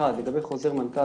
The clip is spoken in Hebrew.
חוזר מנכ"ל,